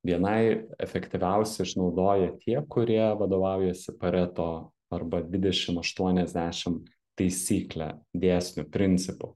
bni efektyviausiai išnaudoja tie kurie vadovaujasi pareto arba dvidešim aštuoniasdešim taisykle dėsniu principu